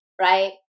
right